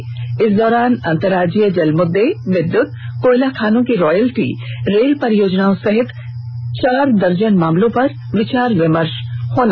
बैठक के दौरान अंतर्राज्यीय जल मुद्दे विद्युत कोयला खानों की रोयालटी रेल परियोजनाओं सहित चार दर्जन मामलों पर विचार विमर्ष होगा